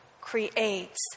creates